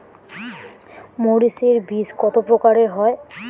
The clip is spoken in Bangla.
মরিচ এর বীজ কতো প্রকারের হয়?